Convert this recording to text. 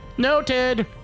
noted